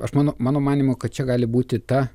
aš manau mano manymu kad čia gali būti ta